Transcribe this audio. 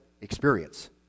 experience